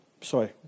Sorry